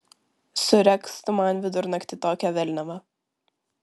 suregzk tu man vidurnaktį tokią velniavą